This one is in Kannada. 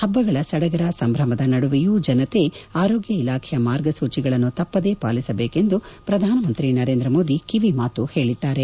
ಹಬ್ಬಗಳ ಸಡಗರ ಸಂಭ್ರಮದ ನಡುವೆಯೂ ಜನತೆ ಆರೋಗ್ಯ ಇಲಾಖೆ ಮಾರ್ಗಸೂಚಿಗಳನ್ನು ತಪ್ಪದೇ ಪಾಲಿಸಬೇಕು ಎಂದು ಪ್ರಧಾನಮಂತ್ರಿ ನರೇಂದ್ರ ಮೋದಿ ಕಿವಿ ಮಾತು ಹೇಳಿದ್ದಾರೆ